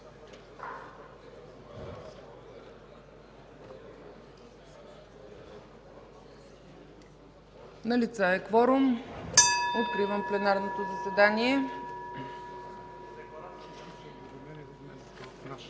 Налице е кворум. Откривам пленарното заседание.